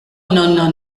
nono